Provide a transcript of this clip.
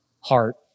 heart